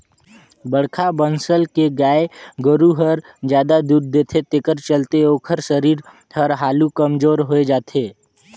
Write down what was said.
बड़खा बनसल के गाय गोरु हर जादा दूद देथे तेखर चलते ओखर सरीर हर हालु कमजोर होय जाथे